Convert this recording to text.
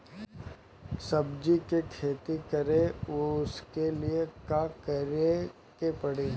सब्जी की खेती करें उसके लिए का करिके पड़ी?